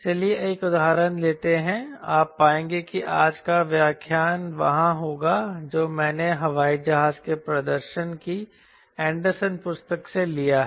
चलिए एक उदाहरण लेते हैं आप पाएंगे कि आज का व्याख्यान वहाँ होगा जो मैंने हवाई जहाज के प्रदर्शन की एंडरसन पुस्तक से लिया है